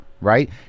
right